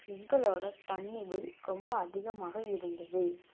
எங்களோடய தண்ணி பில் ரொம்ப அதிகமாக இருந்தது